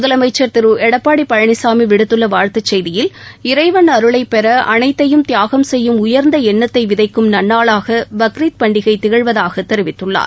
முதலமைச்சர் திரு எடப்பாடி பழனிசாமி விடுத்துள்ள வாழ்த்து செய்தியில் இறைவன் அருளை பெற அனைத்தையும் தியாகம் செய்யும் உயர்ந்த எண்ணத்தை விதைக்கும் நன்னாளாக பக்ரீத் பண்டிகை திகழ்வதாக தெரிவித்துள்ளார்